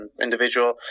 individual